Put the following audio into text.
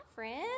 Friends